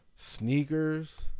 Sneakers